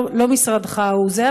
לא משרדך הוא זה,